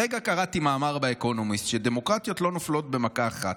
הרגע קראתי מאמר באקונומיסט: דמוקרטיות לא נופלות במכה אחת,